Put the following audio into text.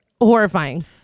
horrifying